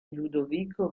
ludovico